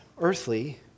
earthly